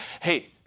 hey